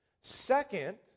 Second